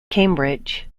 cambridge